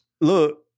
Look